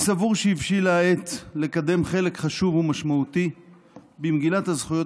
אני סבור שהבשילה העת לקדם חלק חשוב ומשמעותי במגילת הזכויות